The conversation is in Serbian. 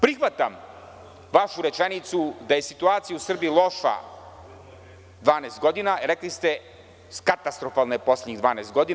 Prihvatam vašu rečenicu da je situacija u Srbiji loša 12 godina, rekli ste – katastrofalna je u poslednjih 12 godina.